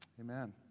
Amen